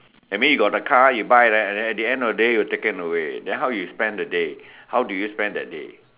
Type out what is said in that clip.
that mean you got the car you buy then and then at the end of the day you are taken away then how you spend that day how do you spend that day